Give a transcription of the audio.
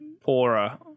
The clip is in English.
poorer